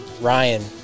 Ryan